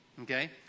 Okay